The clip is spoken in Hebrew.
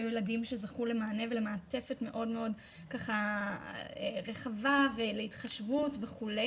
היו ילדים שזכו למענה ולמעטפת מאוד רחבה ולהתחשבות וכו'